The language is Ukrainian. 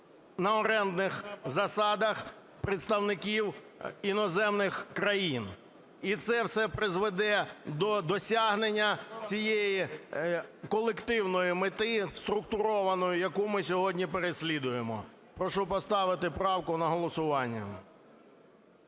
на орендних засадах представників іноземних країн. І це все призведе до досягнення цієї колективної мети, структурованої, яку ми сьогодні переслідуємо. Прошу поставити правку на голосування